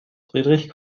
friedrich